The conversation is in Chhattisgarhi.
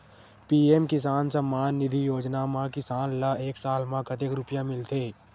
पी.एम किसान सम्मान निधी योजना म किसान ल एक साल म कतेक रुपिया मिलथे?